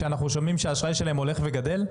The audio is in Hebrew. שאנחנו שומעים שהאשראי שלהם הולך וגדל,